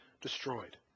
destroyed